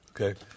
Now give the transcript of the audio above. Okay